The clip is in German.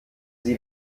sie